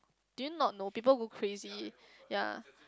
do you not know people will crazy yea